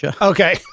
okay